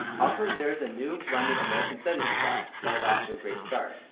also, there is a new blended american studies class that is off to a great start.